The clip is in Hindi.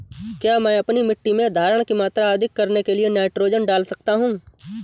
क्या मैं अपनी मिट्टी में धारण की मात्रा अधिक करने के लिए नाइट्रोजन डाल सकता हूँ?